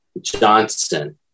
Johnson